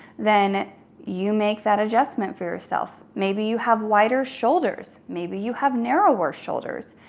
then you make that adjustment for yourself. maybe you have wider shoulders, maybe you have narrower shoulders,